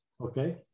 Okay